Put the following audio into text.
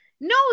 No